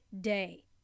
day